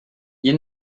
you